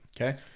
Okay